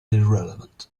irrelevant